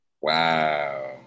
Wow